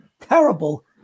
terrible